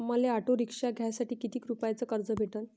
मले auto rickshaw घ्यासाठी कितीक रुपयाच कर्ज भेटनं?